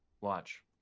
Watch